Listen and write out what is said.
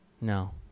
no